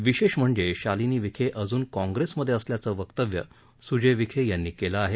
विशेष म्हणजे शालीनी विखे अजून काँप्रेसमधे असल्याचं वक्तव्य सुजय विखे यांनी केलं आहे